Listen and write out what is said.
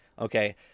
Okay